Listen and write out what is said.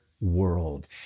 world